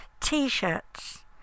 t-shirts